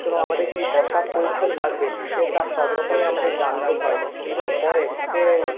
এবং আমাদের কী পোশাক পরিচ্ছদ লাগবে এ তা সব রকমই আমাদের জানতে হয় এবং পরে এ